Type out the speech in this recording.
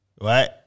Right